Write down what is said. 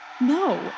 No